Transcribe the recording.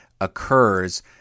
occurs